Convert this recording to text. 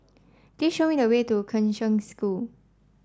please show me the way to Kheng Cheng School